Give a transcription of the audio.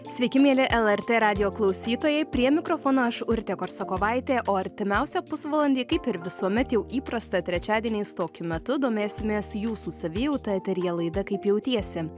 sveiki mieli lrt radijo klausytojai prie mikrofono aš urtė korsakovaitė o artimiausią pusvalandį kaip ir visuomet jau įprasta trečiadieniais tokiu metu domėsimės jūsų savijauta eteryje laida kaip jautiesi